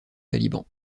taliban